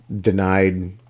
denied